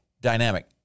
dynamic